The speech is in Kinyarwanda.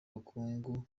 ubukungu